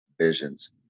visions